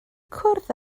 cwrdd